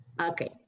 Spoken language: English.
Okay